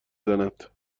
زند